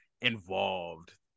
involved